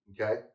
okay